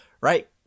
Right